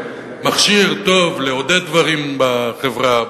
מכשיר טוב לעודד דברים בחברה,